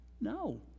No